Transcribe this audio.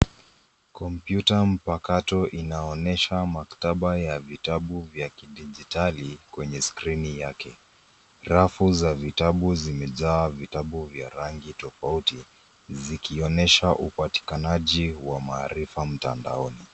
Kompyuta mpakato inaonyesha maktaba ya vitabu vya kidijitali kwenye skrini yake. Rafu za vitabu zimejaaa vitabu vya rangi tofauti zikionyesha upatikanaji wa maarifa mtandaoni.